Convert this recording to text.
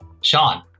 Sean